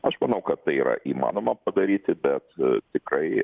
aš manau kad tai yra įmanoma padaryti bet tikrai